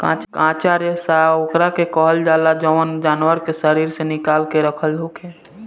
कच्चा रेशा ओकरा के कहल जाला जवन जानवर के शरीर से निकाल के रखल होखे